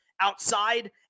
outside